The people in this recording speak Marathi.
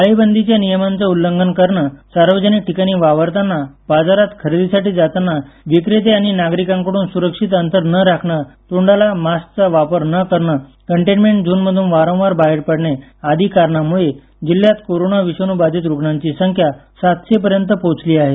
टाळेबंदीच्या नियमांचं उल्लंघन करणं सार्वजनिक ठिकाणी वावरताना बाजारात खरेदीसाठी जाताना विक्रेते आणि नागरिकांकडून सुरक्षित अंतर न राखणं तोंडाला मास्कचा वापर न करणं कंटेनमेंट झोनमधून वारंवार बाहेर पडणं आदी कारणामुळे जिल्ह्यात कोरोना विषाणूबाधित रुग्णांची संख्या सातशेपर्यंत पोहचली आहे